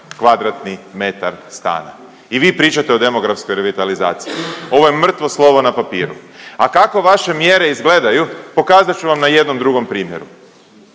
kvadratni metar stana. I vi pričate o demografskoj revitalizaciji, ovo je mrtvo slovo na papiru. A kako vaše mjere izgledaju, pokazat ću vam na jednom drugom primjeru.